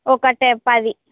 ఒక టె పది